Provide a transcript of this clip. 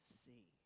see